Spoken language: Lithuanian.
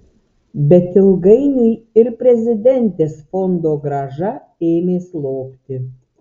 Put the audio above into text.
bet ilgainiui ir prezidentės fondogrąža ėmė slopti